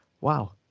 Wow